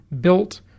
built